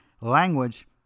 language